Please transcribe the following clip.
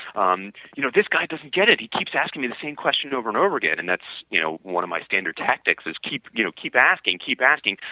um you know this guy doesn't get it, he keeps asking me the same question over and over again and that's you know one of my standard tactics is keep you know keep asking, keep asking,